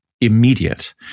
immediate